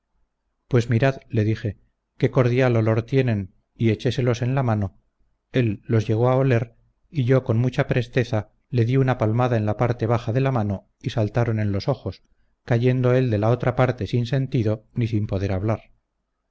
pues mirad le dije qué cordial olor tienen y echéselos en la mano él los llegó a oler y yo con mucha presteza le di una palmada en la parte baja de la mano y saltaron en los ojos cayendo él de la otra parte sin sentido ni sin poder hablar